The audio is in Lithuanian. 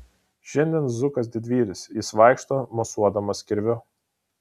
šiandien zukas didvyris jis vaikšto mosuodamas kirviu